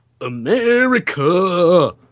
America